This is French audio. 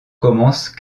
commence